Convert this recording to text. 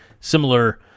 similar